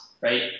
right